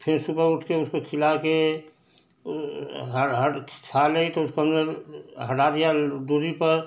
फिर सुबह उठ कर उसको खिला कर हर हर खा ले तो उसको हमने हटा दिया दूरी पर